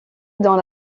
dans